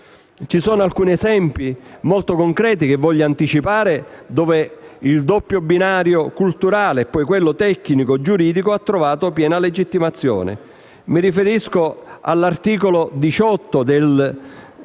Alcuni esempi molto concreti voglio anticipare in cui il doppio binario (culturale e tecnico-giuridico) ha trovato piena legittimazione: mi riferisco all'articolo 18 del